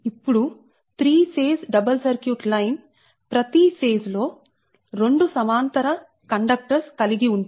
ఇప్పుడు 3 phase double circuit line ప్రతి phase లో 2 సమాంతర కండక్టర్స్ కలిగి ఉంటుంది